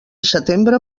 setembre